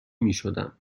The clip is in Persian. میشدم